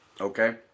okay